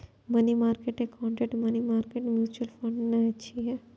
money market account money market mutual fund नै छियै